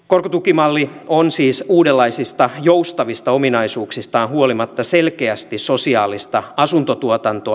korkotukimalli on siis uudenlaisista joustavista ominaisuuksistaan huolimatta selkeästi sosiaalista asuntotuotantoa